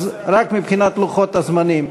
אז רק מבחינת לוחות הזמנים,